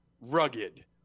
rugged